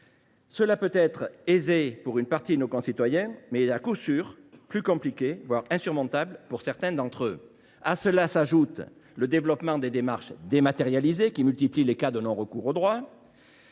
Cela peut être aisé pour une partie de nos concitoyens, mais, à coup sûr, plus complexe, voire insurmontable, pour certains d’entre eux. À cela s’ajoute le développement des démarches dématérialisées, qui multiplient les cas de non recours au droit.